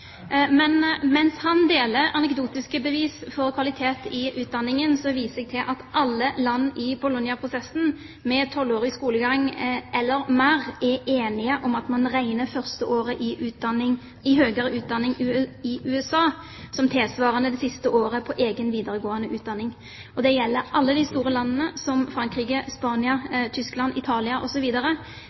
Men mens han deler anekdotiske bevis for kvalitet i utdanningen, viser jeg til at alle land i Bologna-prosessen med tolvårig skolegang eller mer er enige om at man regner første året i høyere utdanning i USA som tilsvarende det siste året i egen videregående utdanning. Det gjelder alle de store landene, som Frankrike, Spania, Tyskland, Italia